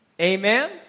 Amen